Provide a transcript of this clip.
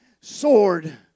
sword